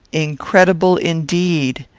incredible, indeed!